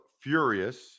furious